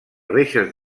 reixes